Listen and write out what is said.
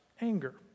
anger